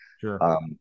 Sure